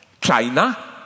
China